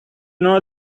know